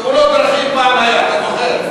תאונות דרכים פעם היה, אתה זוכר?